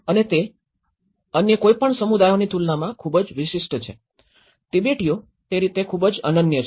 અને તે અન્ય કોઈપણ સમુદાયોની તુલનામાં ખૂબ જ વિશિષ્ટ છે તિબેટીઓ તે રીતે ખૂબ જ અનન્ય છે